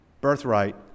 birthright